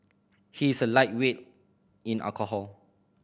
he is a lightweight in alcohol